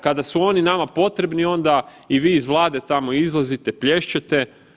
Kada su oni nama potrebni onda i vi iz Vlade tamo izlazite, plješćete.